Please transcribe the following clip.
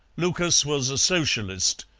lucas was a socialist,